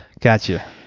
Gotcha